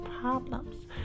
problems